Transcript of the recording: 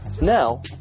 now